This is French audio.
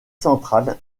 centrale